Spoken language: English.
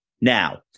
Now